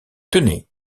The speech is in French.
tenez